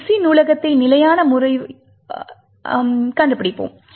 Libc நூலகத்தை நிலையான முறையில் பகுப்பாய்வு செய்வதன் மூலம் கேஜெட்களை நாம் கண்டுபிடிப்போம்